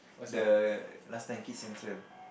the last time Kids Central